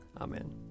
Amen